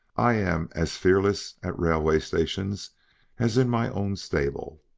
i am as fearless at railway stations as in my own stable.